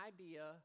idea